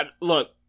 Look